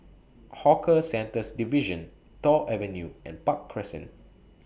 Hawker Centres Division Toh Avenue and Park Crescent